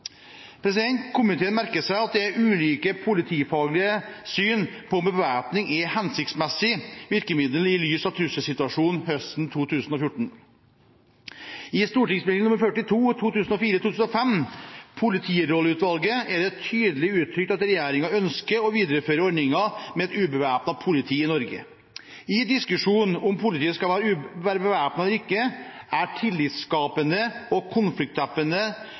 Komiteen merker seg at det er ulike politifaglige syn på om bevæpning er et hensiktsmessig virkemiddel i lys av trusselsituasjonen høsten 2014. I St.meld. nr. 42 for 2004–2005 – Politiets rolle og oppgaver – er det tydelig uttrykt at regjeringen ønsker å videreføre ordningen med et ubevæpnet politi i Norge. I diskusjonen om politiet skal være bevæpnet eller ikke er «tillitsskapende» og